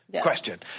question